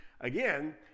again